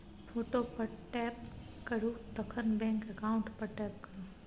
photo पर tap करु तखन बैंक अकाउंट पर टैप करु